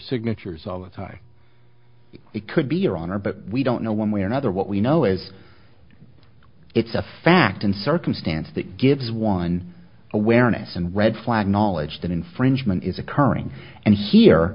signatures all the time it could be your honor but we don't know one way or another what we know is it's a fact and circumstance that gives one awareness and red flag knowledge that infringement is occurring and here